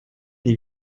des